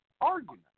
argument